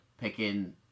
picking